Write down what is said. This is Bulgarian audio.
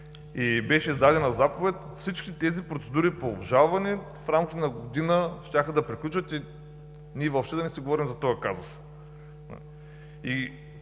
и беше издадена заповед, всички тези процедури по обжалване в рамките на година щяха да приключат и ние въобще да не си говорим за този казус.